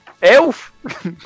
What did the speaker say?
Elf